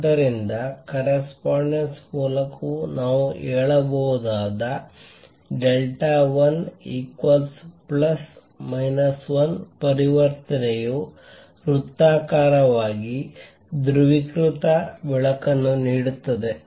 ಆದ್ದರಿಂದ ಕರೆಸ್ಪಾಂಡೆನ್ಸ್ ಮೂಲಕವೂ ನಾವು ಹೇಳಬಹುದು delta l equals plus minus 1 ಪರಿವರ್ತನೆಯು ವೃತ್ತಾಕಾರವಾಗಿ ಧ್ರುವೀಕೃತ ಬೆಳಕನ್ನು ನೀಡುತ್ತದೆ